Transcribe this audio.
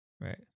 right